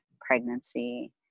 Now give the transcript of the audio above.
pregnancy